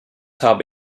habe